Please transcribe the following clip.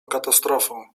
katastrofą